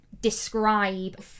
describe